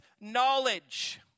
knowledge